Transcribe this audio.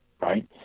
right